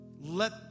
let